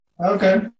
Okay